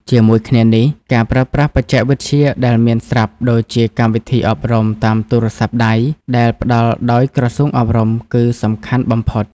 ជាមួយគ្នានេះ ការប្រើប្រាស់បច្ចេកវិទ្យាដែលមានស្រាប់ដូចជាកម្មវិធីអប់រំតាមទូរស័ព្ទដៃ ដែលផ្តល់ដោយក្រសួងអប់រំ គឺសំខាន់បំផុត។